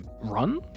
run